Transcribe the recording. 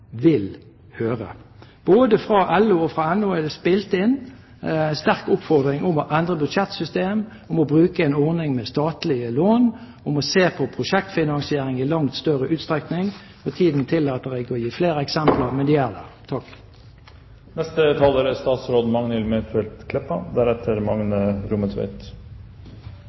vil høre. Både fra LO og NHO er det spilt inn en sterk oppfordring om å endre budsjettsystemet, om å bruke en ordning med statlige lån, om å se på prosjektfinansiering i langt større utstrekning. Tiden tillater ikke å gi flere eksempler,